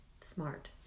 smart